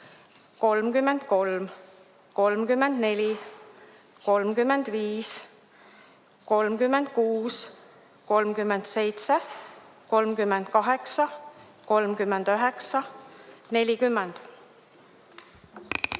33, 34, 35, 36, 37, 38, 39, 40,